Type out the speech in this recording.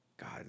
God